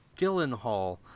Gyllenhaal